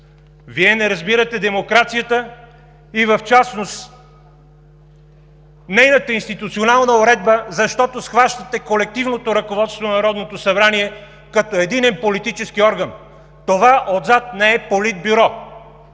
Вие не разбирате демокрацията и в частност нейната институционална уредба, защото схващате колективното ръководство на Народното събрание като единен политически орган. Това отзад не е Политбюро!